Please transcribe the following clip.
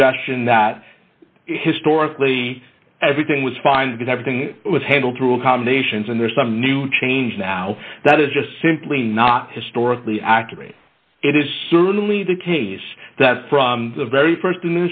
suggestion that historically everything was fine because everything was handled through combinations and there's some new change now that is just simply not historically accurate it is certainly the case that the very